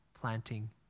planting